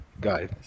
guys